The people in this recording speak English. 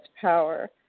power